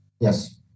Yes